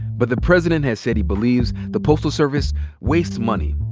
but the president has said he believes the postal service wastes money.